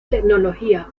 tecnología